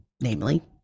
namely